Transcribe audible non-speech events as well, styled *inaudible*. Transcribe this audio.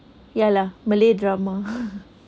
ya lah malay drama *laughs*